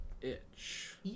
itch